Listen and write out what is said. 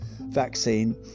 vaccine